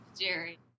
Jerry